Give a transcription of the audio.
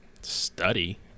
study